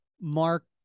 mark